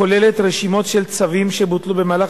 הכוללת רשימות של צווים שבוטלו במהלך